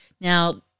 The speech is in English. Now